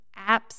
apps